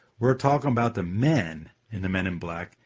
we're talking about the men in the men in black,